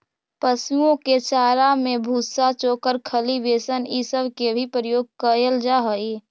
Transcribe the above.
पशुओं के चारा में भूसा, चोकर, खली, बेसन ई सब के भी प्रयोग कयल जा हई